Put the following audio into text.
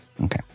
Okay